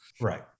Right